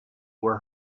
were